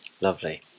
lovely